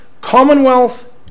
Commonwealth